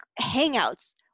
hangouts